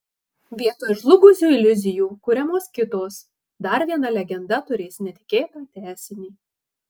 vietoj žlugusių iliuzijų kuriamos kitos dar viena legenda turės netikėtą tęsinį